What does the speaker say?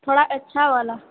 थोड़ा अच्छा वाला